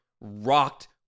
rocked